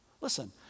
Listen